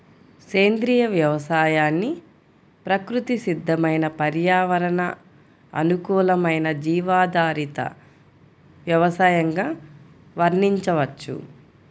సేంద్రియ వ్యవసాయాన్ని ప్రకృతి సిద్దమైన పర్యావరణ అనుకూలమైన జీవాధారిత వ్యవసయంగా వర్ణించవచ్చు